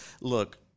Look